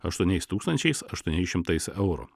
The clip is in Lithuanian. aštuoniais tūkstančiais aštuoniais šimtais eurų